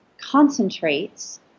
concentrates